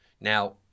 Now